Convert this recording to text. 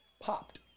Popped